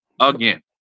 again